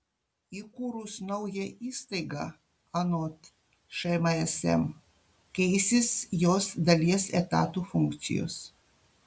įkūrus naują įstaigą anot šmsm keisis jos dalies etatų funkcijos